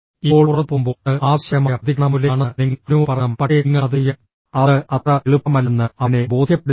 ഇപ്പോൾ പുറത്തുപോകുമ്പോൾ അത് ആവേശകരമായ പ്രതികരണം പോലെയാണെന്ന് നിങ്ങൾ അവനോട് പറയണം പക്ഷേ നിങ്ങൾ അത് ചെയ്യണം അത് അത്ര എളുപ്പമല്ലെന്ന് അവനെ ബോധ്യപ്പെടുത്തുക